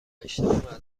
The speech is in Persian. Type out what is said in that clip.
اشتباه